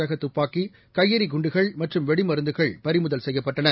ரகதுப்பாக்கி கையெறிகுண்டுகள் மற்றும் வெடிமருந்துகள் பறிமுதல் செய்யப்பட்டன